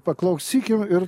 paklausykim ir